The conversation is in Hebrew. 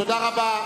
תודה רבה.